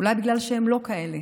אולי בגלל שהם לא כאלה,